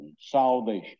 salvation